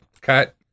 cut